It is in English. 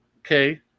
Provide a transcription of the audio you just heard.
Okay